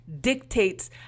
dictates